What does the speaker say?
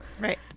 Right